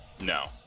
No